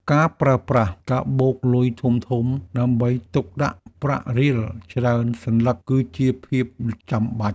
ការប្រើប្រាស់កាបូបលុយធំៗដើម្បីទុកដាក់ប្រាក់រៀលច្រើនសន្លឹក គឺជាភាពចាំបាច់។